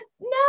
no